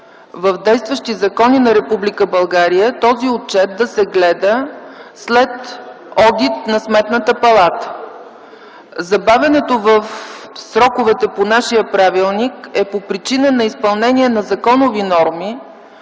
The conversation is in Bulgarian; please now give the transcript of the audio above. в действащи закони на Република България този отчет да се гледа след одит на Сметната палата. Забавянето в сроковете по нашия правилник е по причина на изпълнение на законови норми,